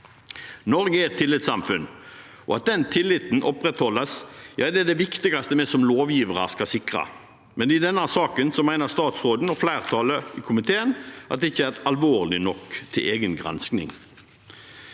Norge er et tillitssamfunn, og at den tilliten opprettholdes, er det viktigste vi som lovgivere skal sikre. Men i denne saken mener statsråden og flertallet i komiteen at det ikke er alvorlig nok for en egen granskning.